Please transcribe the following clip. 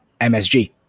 msg